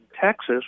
Texas